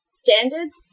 standards